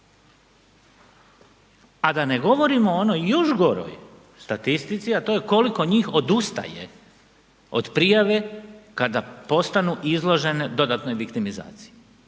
A da ne govorimo o onoj još goroj statistici, a to je koliko njih odustaje od prijave kada postanu izložene dodatnoj viktimizaciji.